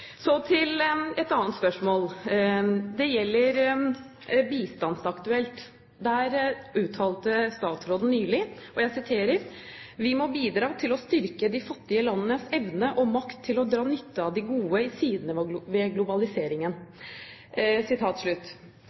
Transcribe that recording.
Så til et annet spørsmål. Det gjelder Bistandsaktuelt, hvor statsråden nylig uttalte: «Vi må bidra til å styrke de fattige landenes evne og makt til å dra nytte av de gode